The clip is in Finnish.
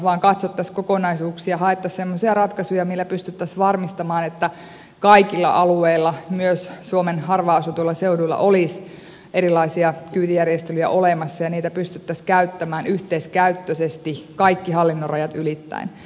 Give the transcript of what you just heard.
katsottaisiin kokonaisuuksia haettaisiin semmoisia ratkaisuja millä pystyttäisiin varmistamaan että kaikilla alueilla myös suomen harvaan asutuilla seuduilla olisi erilaisia kyytijärjestelyjä olemassa ja niitä pystyttäisiin käyttämään yhteiskäyttöisesti kaikki hallinnonrajat ylittäen